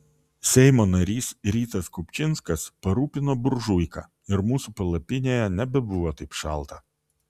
seimo narys rytas kupčinskas parūpino buržuiką ir mūsų palapinėje nebebuvo taip šalta